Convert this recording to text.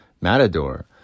Matador